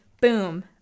Boom